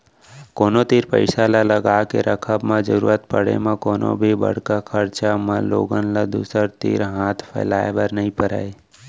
कोनो तीर पइसा ल लगाके रखब म जरुरत पड़े म कोनो भी बड़का खरचा म लोगन ल दूसर तीर हाथ फैलाए बर नइ परय